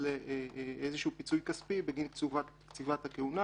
לאיזשהו פיצוי כספי בגין קציבת הכהונה.